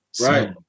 right